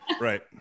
right